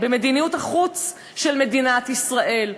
במדיניות החוץ של מדינת ישראל.